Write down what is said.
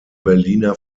berliner